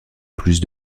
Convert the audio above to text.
plus